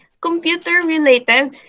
computer-related